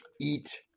eat